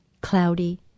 cloudy